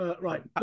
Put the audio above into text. Right